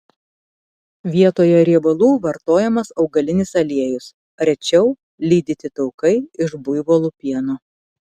vietoje riebalų vartojamas augalinis aliejus rečiau lydyti taukai iš buivolų pieno